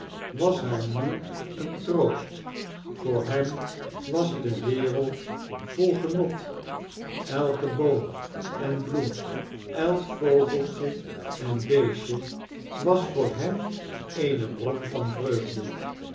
was haar nu een troost voor hem was de wereld vol genot elke boom en bloem elk voeltjeen beestje was voor hem eene bron van vreugde